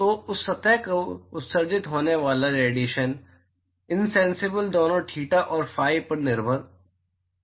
तो उस सतह से उत्सर्जित होने वाला रेडिएशन इनसेंसिबल दोनों थीटा और फाई पर निर्भर करता है